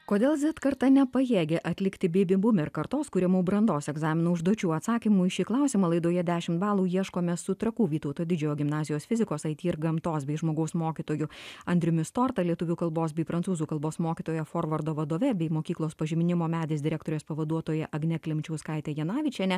kodėl zet karta nepajėgia atlikti beibi bumer kartos kuriamų brandos egzaminų užduočių atsakymų į šį klausimą laidoje dešimt balų ieškome su trakų vytauto didžiojo gimnazijos fizikos it ir gamtos bei žmogaus mokytoju andriumi storta lietuvių kalbos bei prancūzų kalbos mokytoja forvardo vadove bei mokyklos pažinimo medis direktorės pavaduotoja agne klimčiauskaite janavičiene